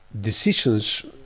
decisions